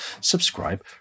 subscribe